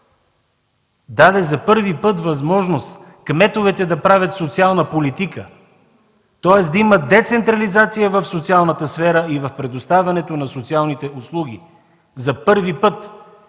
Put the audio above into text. за първи път даде възможност кметовете да правят социална политика, тоест да има децентрализация в социалната сфера и в предоставянето на социалните услуги. За първи път!